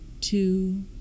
two